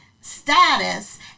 status